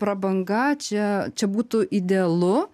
prabanga čia čia būtų idealu